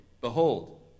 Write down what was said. behold